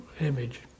image